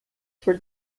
for